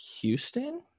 Houston